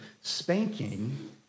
Spanking